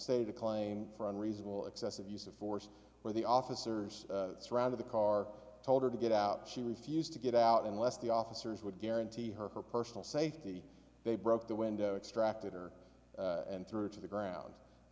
the claim for unreasonable excessive use of force where the officers of the car told her to get out she refused to get out unless the officers would guarantee her her personal safety they broke the window extracted or and through to the ground i